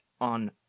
on